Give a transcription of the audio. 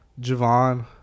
Javon